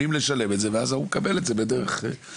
על תשלום בגין השירות ואז האזרח מקבל את זה בדרך עקיפה